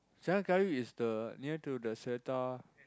Jalan-Kayu is the near to the Seletar